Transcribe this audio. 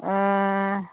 ओ